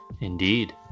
Indeed